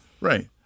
Right